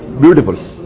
beautiful